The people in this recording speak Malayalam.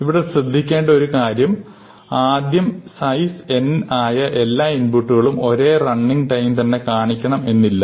ഇവിടെ ശ്രദ്ധിക്കേണ്ട ഒരു കാര്യം ആദ്യം സൈസ് n ആയ എല്ലാ ഇൻപുട്ടുകളും ഒരേ റണ്ണിങ് ടൈം തന്നെ കാണിക്കണം എന്നില്ല